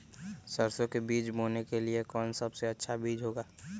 सरसो के बीज बोने के लिए कौन सबसे अच्छा बीज होगा?